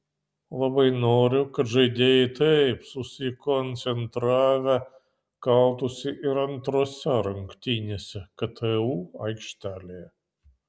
labai noriu kad žaidėjai taip susikoncentravę kautųsi ir antrose rungtynėse ktu aikštelėje